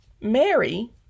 Mary